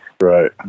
Right